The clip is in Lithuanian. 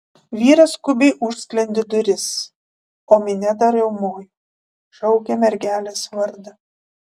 vyras skubiai užsklendė duris o minia dar riaumojo šaukė mergelės vardą